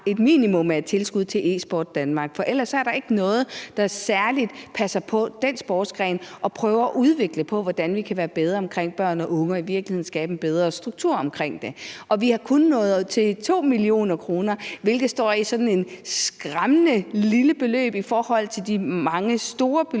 et minimum af et tilskud til Esport Danmark, for ellers er der ikke nogen, der særlig passer på den sportsgren og prøver at udvikle, hvordan vi kan være bedre i forhold til børn og unge og i virkeligheden skabe en bedre struktur omkring det. Og vi er kun nået op på 2 mio. kr., hvilket står som et skræmmende lille beløb i forhold til de mange store beløb,